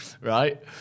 right